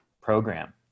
program